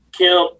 Kemp